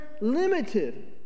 limited